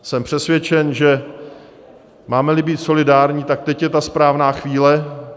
Jsem přesvědčen, že mámeli být solidární, tak teď je ta správná chvíle.